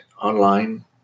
online